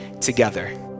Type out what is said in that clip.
together